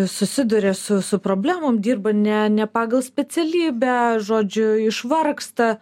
susiduria su su problemom dirba ne ne pagal specialybę žodžiu išvargsta